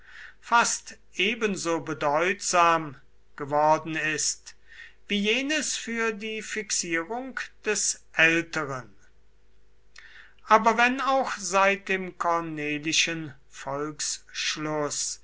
fast ebenso bedeutsam geworden ist wie jenes für die fixierung des älteren aber wenn auch seit dem cornelischen volksschluß